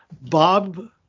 Bob